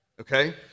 Okay